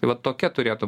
va tokia turėtų